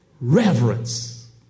reverence